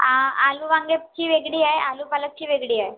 आ आलू वांग्याची वेगळी आहे आलू पालकची वेगळी आहे